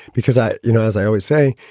because i you know, as i always say,